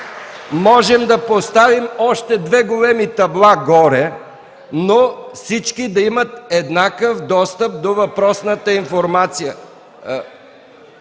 можем да поставим още две големи табла горе, но всички да имат еднакъв достъп до въпросната информация,